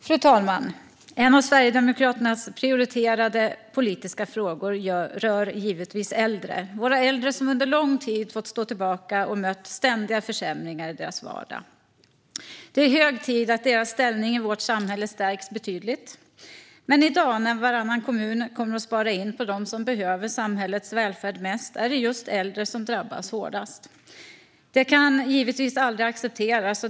Fru talman! En av Sverigedemokraternas prioriterade politiska frågor rör givetvis äldre, våra äldre som under lång tid fått stå tillbaka och mött ständiga försämringar i sin vardag. Det är hög tid att deras ställning i vårt samhälle stärks betydligt. Men nu när varannan kommun kommer att spara in på dem som behöver samhällets välfärd mest är det just äldre som drabbas hårdast. Detta kan givetvis aldrig accepteras.